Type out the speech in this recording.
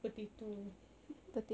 potato